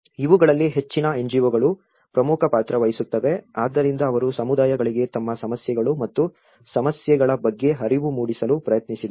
ಇವುಗಳಲ್ಲಿ ಹೆಚ್ಚಿನ ಎನ್ಜಿಒಗಳು ಪ್ರಮುಖ ಪಾತ್ರ ವಹಿಸುತ್ತವೆ ಆದ್ದರಿಂದ ಅವರು ಸಮುದಾಯಗಳಿಗೆ ತಮ್ಮ ಸಮಸ್ಯೆಗಳು ಮತ್ತು ಸಮಸ್ಯೆಗಳ ಬಗ್ಗೆ ಅರಿವು ಮೂಡಿಸಲು ಪ್ರಯತ್ನಿಸಿದರು